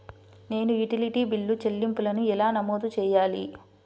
నేను utility bill చెల్లింపులను ఎలా నమోదు చేయాలి?